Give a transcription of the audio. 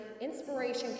inspiration